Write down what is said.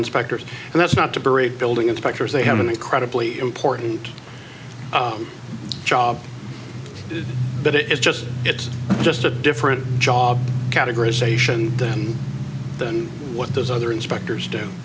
inspectors and that's not to break building inspectors they have an incredibly important job but it is just it's just a different job categorization than than what those other inspectors do